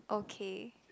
okay